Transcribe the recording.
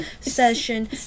Session